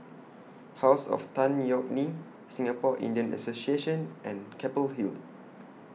House of Tan Yeok Nee Singapore Indian Association and Keppel Hill